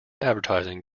advertising